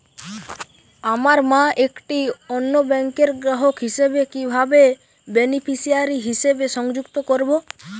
আমার মা একটি অন্য ব্যাংকের গ্রাহক হিসেবে কীভাবে বেনিফিসিয়ারি হিসেবে সংযুক্ত করব?